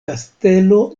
kastelo